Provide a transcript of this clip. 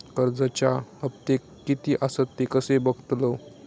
कर्जच्या हप्ते किती आसत ते कसे बगतलव?